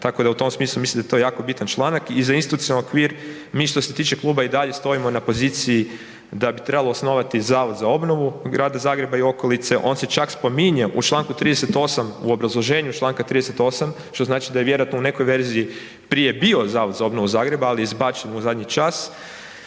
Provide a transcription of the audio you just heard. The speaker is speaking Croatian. tako da u tom smislu, mislim da je to jako bitan članak i za institucionalni okvir, mi što se tiče kluba i dalje stojimo na poziciji da bi trebalo osnovati zavod za obnovu grada Zagreba i okolice, on se čak spominje u čl. 38. u obrazloženju čl. 38., što znači da je vjerojatno u nekoj verziji prije bio zavod za obnovu Zagreba, ali je izbačen u zadnji čas.